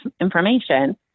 information